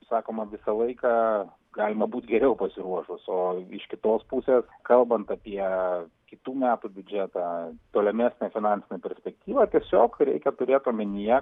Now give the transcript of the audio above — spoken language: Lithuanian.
sakoma visą laiką galima būt geriau pasiruošus o iš kitos pusės kalbant apie kitų metų biudžetą tolimesnę finansinę perspektyvą tiesiog reikia turėt omenyje